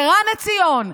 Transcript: ערן עציון,